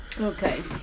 Okay